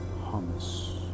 Hummus